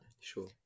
sure